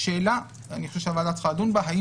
ושאלה שאני חושב שהוועדה צריכה לדון בה היא האם